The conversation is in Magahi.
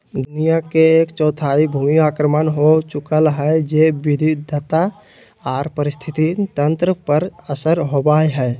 दुनिया के एक चौथाई भूमि अवक्रमण हो चुकल हई, जैव विविधता आर पारिस्थितिक तंत्र पर असर होवई हई